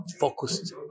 focused